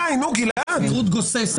הסבירות גוססת.